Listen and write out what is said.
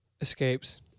escapes